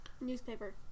Newspaper